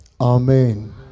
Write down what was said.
Amen